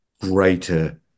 greater